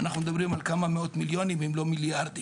אנחנו מדברים על כמה מאות מיליונים אם לא מיליארדים.